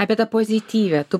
apie tą pozityvią tu